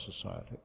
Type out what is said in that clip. society